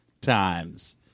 times